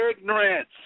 ignorance